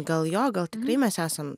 gal jo gal tikrai mes esam